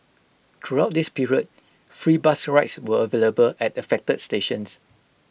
throughout this period free bus rides were available at affected stations